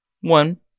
One